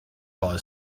boy